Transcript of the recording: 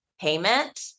payment